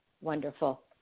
Wonderful